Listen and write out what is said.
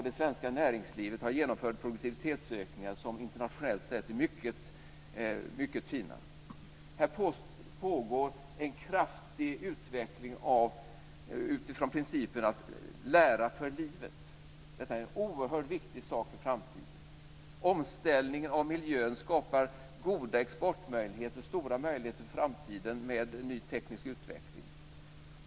Det svenska näringslivet har genomfört produktivitetsökningar som internationellt sett är fina. Här pågår en kraftig utveckling utifrån principen lära för livet. Det är en oerhört viktig sak för framtiden. Omställningen av miljön skapar goda exportmöjligheter, stora möjligheter inför framtiden med ny teknisk utveckling.